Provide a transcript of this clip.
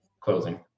closing